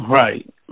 Right